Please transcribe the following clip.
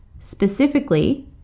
Specifically